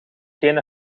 geen